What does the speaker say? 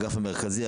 האגף המרכזי,